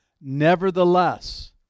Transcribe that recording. Nevertheless